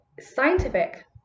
scientific